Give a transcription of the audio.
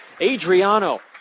Adriano